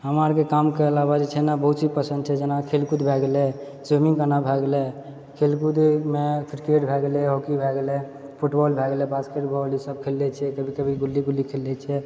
हमरा आरके कामके अलावा छै नहि बहुत चीज पसन्द छै जेना खेलकूद भए गेले स्विमिङ्ग करना भए गेलै खेलकूदमे क्रिकेट भए गेलै हॉकी भए गेलै गेलै फुटबॉल भए गेलेै बास्केट बाल इसब खेलने छिए कभी कभी गुल्ली गुल्ली खेलने छिए